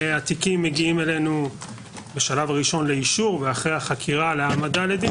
התיקים מגיעים אלינו בשלב הראשון לאישור ואחרי החקיקה להעמדה לדין,